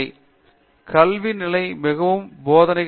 பேராசிரியர் பிரதாப் ஹரிதாஸ் கல்வி நிலை மிகவும் போதனை நிலைகள்